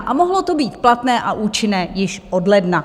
A mohlo to být platné a účinné již od ledna.